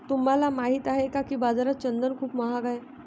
तुम्हाला माहित आहे का की बाजारात चंदन खूप महाग आहे?